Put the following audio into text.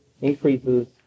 increases